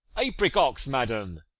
apricocks, madam.